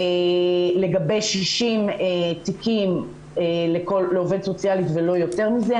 לגבי 60 תיקים לעובדת סוציאלית ולא יותר מזה.